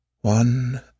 One